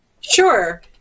Sure